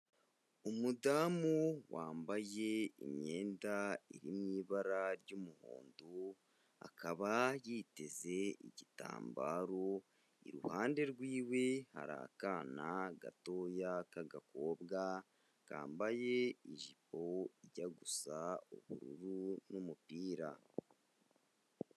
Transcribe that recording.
Umudamu wambaye imyenda iri mu ibara ry'umuhondo, akaba yiteze igitambaro, iruhande rw'iwe hari akana gatoya k'agakobwa kambaye ijipo ijya gusa ubururu n'umupira.